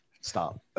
Stop